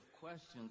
questions